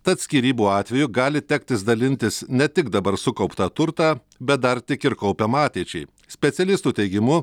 tad skyrybų atveju gali tektis dalintis ne tik dabar sukauptą turtą bet dar tik ir kaupiamą ateičiai specialistų teigimu